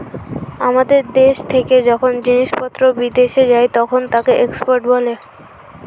আমাদের দেশ থেকে যখন জিনিসপত্র বিদেশে যায় তখন তাকে এক্সপোর্ট বলে